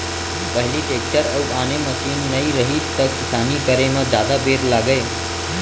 पहिली टेक्टर अउ आने मसीन नइ रहिस त किसानी करे म जादा बेर लागय